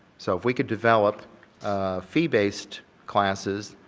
so we could develop fee-based classes,